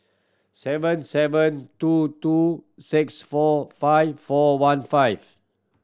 seven seven two two six four five four one five